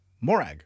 Morag